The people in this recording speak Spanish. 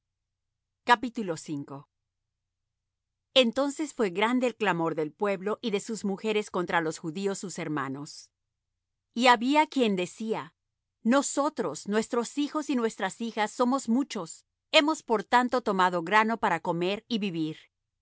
para lavarse entonces fué grande el clamor del pueblo y de sus mujeres contra los judíos sus hermanos y había quien decía nosotros nuestros hijos y nuestras hijas somos muchos hemos por tanto tomado grano para comer y vivir